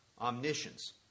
omniscience